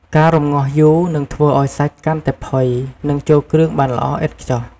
ការរម្ងាស់យូរនឹងធ្វើឱ្យសាច់កាន់តែផុយ និងចូលគ្រឿងបានល្អឥតខ្ចោះ។